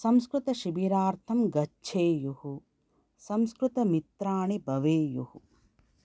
संस्कृतशिबिरार्थं गच्छेयुः संस्कृतमित्राणि भवेयुः